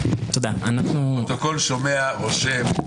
הפרוטוקול שומע, רושם,